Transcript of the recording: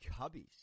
Cubbies